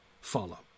follow